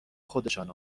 خودشان